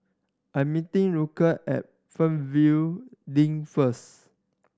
I'm meeting Lulah at Fernvale Link first